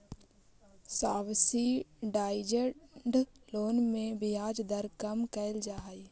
subsidised loan में ब्याज दर कम कैल जा हइ